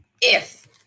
If